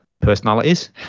personalities